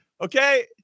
okay